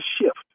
shift